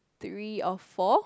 three or four